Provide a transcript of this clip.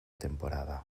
temporada